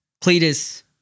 Cletus